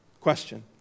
Question